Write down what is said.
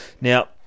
Now